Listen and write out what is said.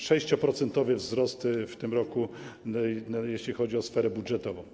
6-procentowy wzrost w tym roku, jeśli chodzi o sferę budżetową.